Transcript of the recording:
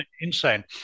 insane